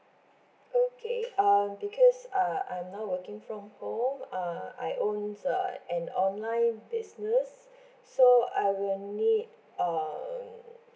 okay uh because uh I'm now working from home uh I own a an online business so I will need um